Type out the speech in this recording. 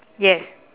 yes